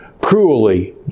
cruelly